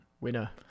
Winner